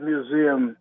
Museum